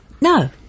no